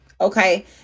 okay